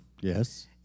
Yes